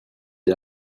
est